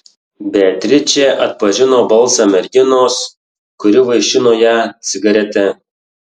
beatričė atpažino balsą merginos kuri vaišino ją cigarete